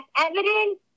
evidence